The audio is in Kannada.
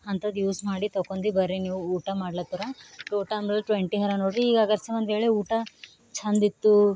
ಅಂಥದ್ದು ಯೂಸ್ ಮಾಡಿ ತೊಕೊಂಡಿ ಬರ್ರಿ ನೀವು ಊಟ ಮಾಡ್ಲತರ ಟೋಟ ಅಂಬಲ್ ಟ್ವೆಂಟಿ ಅರ ನೋಡಿರಿ ಒಂದು ವೇಳೆ ಊಟ ಚಂದ ಇತ್ತು